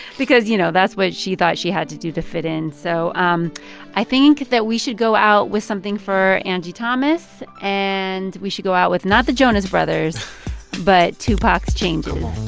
because, you know, that's what she thought she had to do to fit in. so um i think that we should go out with something for angie thomas. and we should go out with not the jonas brothers but tupac's changes.